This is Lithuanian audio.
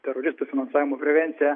teroristų finansavimo prevencija